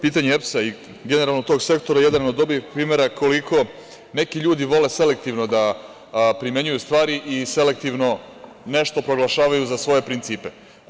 Pitanje EPS-a i generalno tog sektora je jedan od dobrih primera koliko neki ljudi vole selektivno da primenjuju stvari i selektivno nešto proglašavaju za svoje principe.